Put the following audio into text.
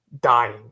dying